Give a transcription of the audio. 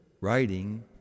writing